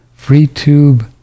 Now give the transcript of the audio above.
FreeTube